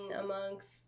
amongst